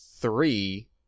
three